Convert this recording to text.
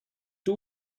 two